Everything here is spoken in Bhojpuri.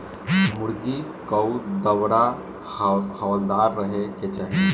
मुर्गी कअ दड़बा हवादार रहे के चाही